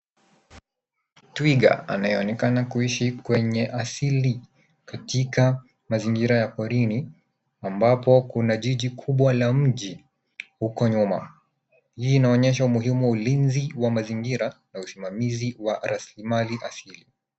Twiga anayeonekana kuishi kwenye asili katika mazingira ya porini ambapo kuna jiji kubwa la mji huko nyuma. Hii inaonyesha umuhimu wa ulinzi wa mazingira na usimamizi wa rasilimali asili.